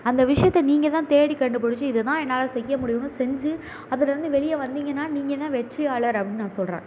அந்த விஷயத்த நீங்கள் தான் தேடி கண்டுபிடிச்சு இது தான் என்னால் செய்ய முடியும்ன்னு செஞ்சு அதுலேருந்து வெளியே வந்தீங்கன்னா நீங்கள் தான் வெற்றியாளர் அப்படின்னு நான் சொல்கிறேன்